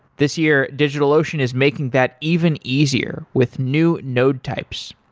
this year, digitalocean is making that even easier with new node types.